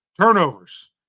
turnovers